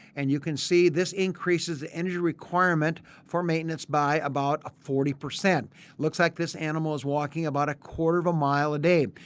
and you can see this increases the energy requirement for maintenance by about forty. it looks like this animal is walking about a quarter of a mile a day.